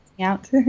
out